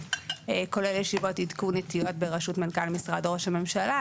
כולל ישיבות עדכון עתיות בראשות מנכ"ל משרד ראש הממשלה,